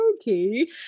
okay